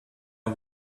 are